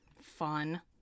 fun